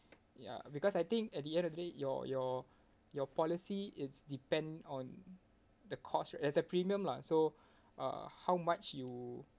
ya because I think at the end of the day your your your policy it's depend on the cost as a premium lah so uh how much you